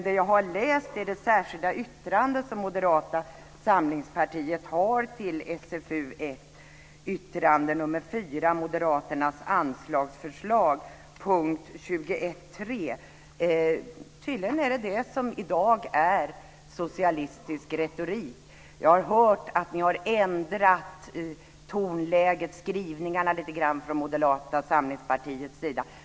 Det jag har läst är det särskilda yttrande som Moderata samlingspartiet har till SfU:1, yttrande 4 om moderaternas anslagsförslag punkt 1.3. Tydligen är det vad som i dag är socialistisk retorik. Jag har hört att ni har ändrat tonläget och skrivningarna lite grann från Moderata samlingspartiets sida.